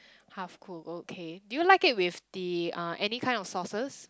half cooked okay do you like it with the uh any kind of sauces